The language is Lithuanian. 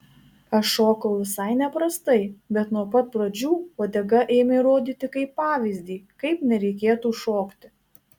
aš šokau visai neprastai bet nuo pat pradžių uodega ėmė rodyti kaip pavyzdį kaip nereikėtų šokti